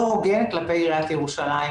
שהדיון הזה הוא לא הוגן כלפי עיריית ירושלים,